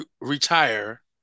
retire